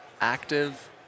active